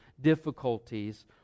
difficulties